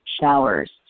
showers